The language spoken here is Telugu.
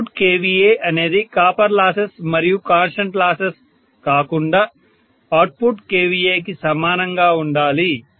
ఇన్పుట్ kVA అనేది కాపర్ లాసెస్ మరియు కాన్స్టెంట్ లాసెస్ కాకుండా అవుట్పుట్ kVA కి సమానంగా ఉండాలి